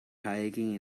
kayaking